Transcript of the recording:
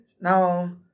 Now